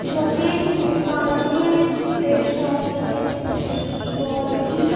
جو کہ ایک ہندوستان کے دیش واسیوں کے لیے بہت ہی